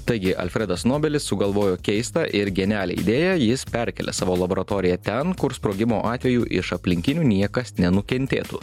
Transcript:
taigi alfredas nobelis sugalvojo keistą ir genialią idėją jis perkėlė savo laboratoriją ten kur sprogimo atveju iš aplinkinių niekas nenukentėtų